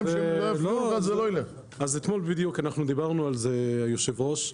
אז אתמול בדיוק אנחנו דיברנו על זה, היושב ראש,